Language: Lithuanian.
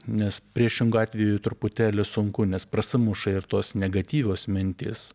nes priešingu atveju truputėlį sunku nes prasimuša ir tos negatyvios mintys